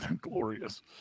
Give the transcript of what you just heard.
glorious